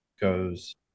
goes